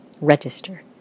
register